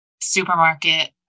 supermarket